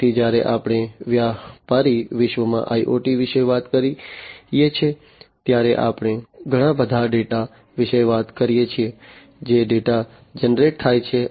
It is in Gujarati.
તેથી જ્યારે આપણે વ્યાપારી વિશ્વમાં IoT વિશે વાત કરીએ છીએ ત્યારે આપણે ઘણા બધા ડેટા વિશે વાત કરીએ છીએ જે ડેટા જનરેટ થાય છે